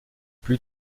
plus